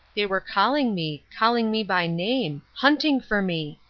they were calling me calling me by name hunting for me!